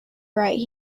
right